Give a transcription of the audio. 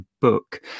book